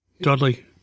Dudley